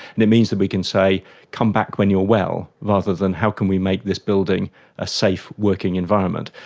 and it means that we can say come back when you're well, rather than how can we make this building a safe working environment?